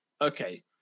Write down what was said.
okay